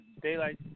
Daylight